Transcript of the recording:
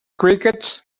crickets